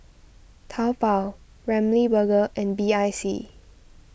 Taobao Ramly Burger and B I C